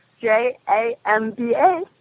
J-A-M-B-A